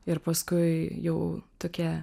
ir paskui jau tokia